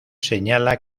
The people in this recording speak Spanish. señala